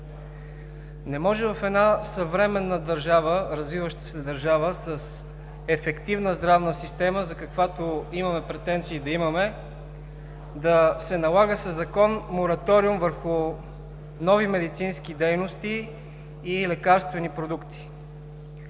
Не може в една съвременна развиваща се държава с ефективна здравна система, каквато имаме претенции да имаме, да се налага със Закон мораториум върху нови медицински дейности и лекарствени продукти.